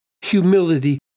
humility